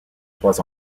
trois